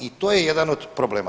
I to je jedan od problema.